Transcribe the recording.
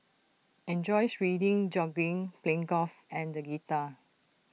enjoys reading jogging playing golf and the guitar